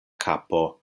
kapo